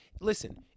Listen